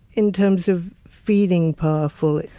in terms of feeling powerful,